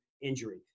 injury